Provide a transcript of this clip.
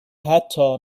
حتی